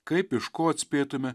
kaip iš ko atspėtume